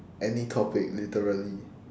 any topic literally